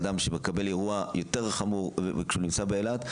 כשאדם מקבל אירוע יותר חמור כשהוא נמצא באילת,